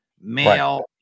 male